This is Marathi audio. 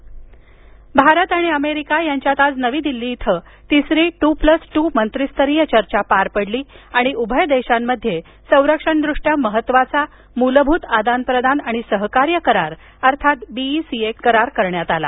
भारत अमेरिका चर्चा भारत आणि अमेरिका यांच्यात आज नवी दिल्लीत इथं तिसरी टू प्लस टू मंत्रीस्तरीय चर्चा पार पडली आणि उभय देशांमध्ये संरक्षणदृष्ट्या महत्त्वाचा मूलभूत आदानप्रदान आणि सहकार्य करार अर्थात बेका करार करण्यात आला